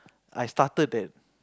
I started that